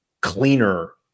cleaner